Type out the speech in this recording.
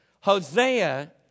Hosea